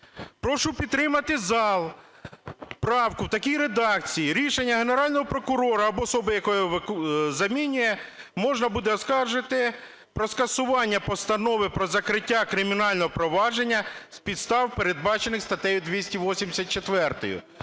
Прошу підтримати зал правку в такій редакції: рішення Генерального прокурора або особи, яка замінює, можна буде оскаржити про скасування постанови про закриття кримінального провадження з підстав, передбачених статтею 284.